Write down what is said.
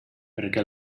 perquè